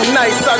nice